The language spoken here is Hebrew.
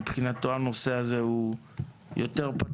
ומבחינתו הנושא הזה יותר פתוח.